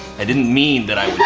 i didn't mean that i